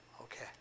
okay